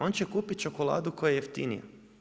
On će kupiti čokoladu koja je jeftinija.